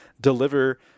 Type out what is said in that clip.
deliver